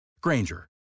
Granger